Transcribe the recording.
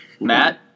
Matt